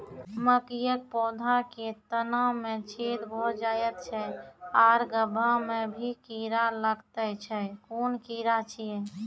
मकयक पौधा के तना मे छेद भो जायत छै आर गभ्भा मे भी कीड़ा लागतै छै कून कीड़ा छियै?